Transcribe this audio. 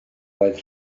oedd